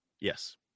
Yes